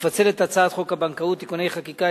לפצל את הצעת חוק הבנקאות (תיקוני חקיקה),